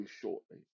shortly